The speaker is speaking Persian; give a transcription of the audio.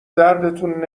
دردتون